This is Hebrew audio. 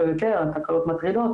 וכן הן תקלות מטרידות,